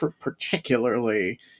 particularly